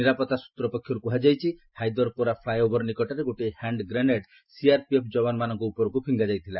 ନିରାପତ୍ତା ସ୍ତ୍ର ପକ୍ଷର୍ କୃହାଯାଇଛି ହାଇଦର୍ପୋରା ଫ୍ଲାଏଓଭର୍ ନିକଟରେ ଗୋଟିଏ ହ୍ୟାଣ୍ଡ୍ ଗ୍ରେନେଡ୍ ସିଆର୍ପିଏଫ୍ ଯବାନମାନଙ୍କ ଉପରକ୍ତ ଫିଙ୍ଗା ଯାଇଥିଲା